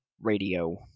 Radio